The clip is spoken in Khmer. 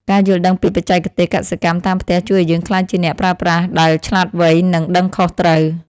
ការយល់ដឹងពីបច្ចេកទេសកសិកម្មតាមផ្ទះជួយឱ្យយើងក្លាយជាអ្នកប្រើប្រាស់ដែលឆ្លាតវៃ និងដឹងខុសត្រូវ។